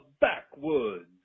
backwoods